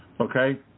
okay